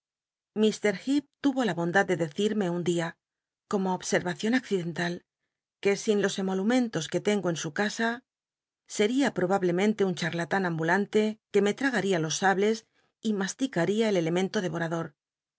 ltr hecp tmo la bondad de decirme un dia como obsel'lacion accidental que sin los emolumentos que tengo en su cas l seria pobablcmenle un chal'latnn ambulante uc me tragaria los sables y maslic ria el elemento